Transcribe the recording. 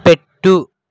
పెట్టు